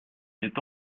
sait